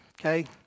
okay